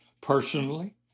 Personally